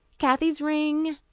kathy's ring.